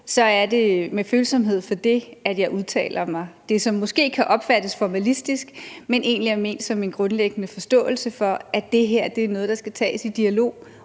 på, er det med følsomhed for det, at jeg udtaler mig. Det kan måske opfattes som formalistisk, men er egentlig ment som en grundlæggende forståelse for, at det her er noget, der skal tages i dialog